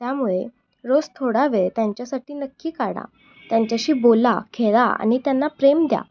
त्यामुळे रोज थोडा वेळ त्यांच्यासाठी नक्की काढा त्यांच्याशी बोला खेळा आणि त्यांना प्रेम द्या